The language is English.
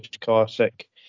Classic